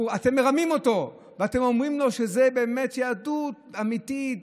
אתם מרמים אותו ואתם אומרים לו שזו באמת יהדות אמיתית,